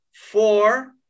four